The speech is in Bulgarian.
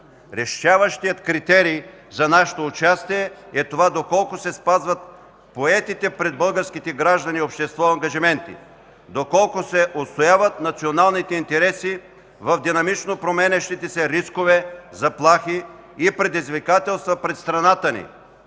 Решаващият критерий за нашето участие е това доколко се спазват поетите пред българските граждани и общество ангажименти, доколко се отстояват националните интереси в динамично променящите се рискове, заплахи и предизвикателства пред страната ни